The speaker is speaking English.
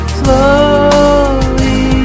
slowly